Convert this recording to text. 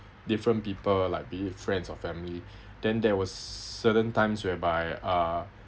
different people like be it friends or family then there was certain times whereby uh